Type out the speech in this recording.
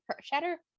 shatter